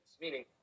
meaning